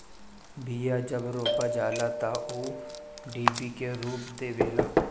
बिया जब रोपा जाला तअ ऊ डिभि के रूप लेवेला